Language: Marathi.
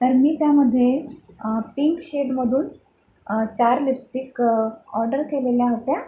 तर मी त्यामध्ये पिंक शेडमधून चार लिपस्टिक ऑर्डर केलेल्या होत्या